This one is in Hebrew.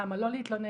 למה לא להתלונן.